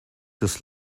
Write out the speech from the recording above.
his